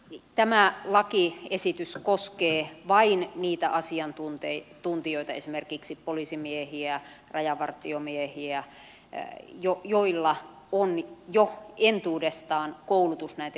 tämä lakiesitys koskee vain niitä asiantuntijoita esimerkiksi poliisimiehiä rajavartiomiehiä joilla on jo entuudestaan koulutus näiden voimankäyttövälineiden käyttöön